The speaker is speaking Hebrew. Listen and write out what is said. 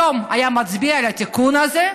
היום הייתה מצביעה על התיקון הזה?